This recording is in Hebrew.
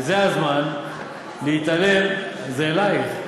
וזה הזמן להתעלם, זה אלייך.